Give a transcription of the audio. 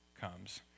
comes